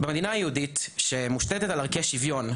במדינה היהודית שמושתת על ערכי שוויון,